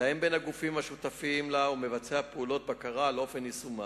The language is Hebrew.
מתאם בין הגורמים השותפים לה ומבצע פעולות בקרה על אופן יישומה.